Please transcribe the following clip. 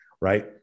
right